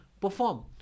perform